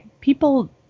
People